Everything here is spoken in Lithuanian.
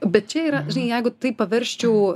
bet čia yra jeigu taip paversčiau